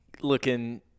looking –